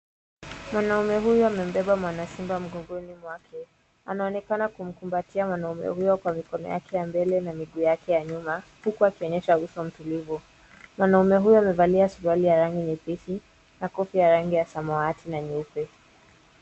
Mwanaume huyu amembeba mwanakinda mgongoni wake. Anaonekana kumkumbatia mwanaume huyo kwa mikono yake ya mbele na miguu yake ya nyuma huku akionyesha uso mtulivu. Mwanaume huyu amevalia suruali ya rangi nyepesi na koti ya rangi ya samawati na nyeupe.